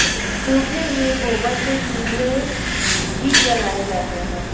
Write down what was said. सूखे हुए गोबर से चूल्हे भी जलाए जाते हैं